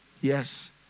Yes